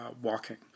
walking